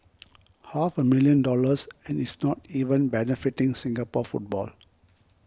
half a million dollars and it's not even benefiting Singapore football